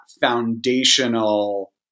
foundational